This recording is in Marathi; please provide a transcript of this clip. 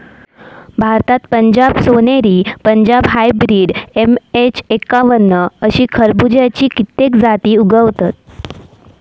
भारतात पंजाब सोनेरी, पंजाब हायब्रिड, एम.एच एक्कावन्न अशे खरबुज्याची कित्येक जाती उगवतत